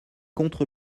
contre